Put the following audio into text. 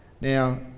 Now